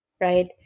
right